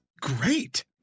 great